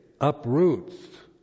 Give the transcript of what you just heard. uproots